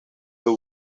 the